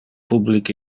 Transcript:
public